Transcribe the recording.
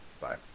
bye